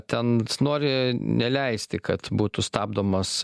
ten nori neleisti kad būtų stabdomas